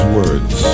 words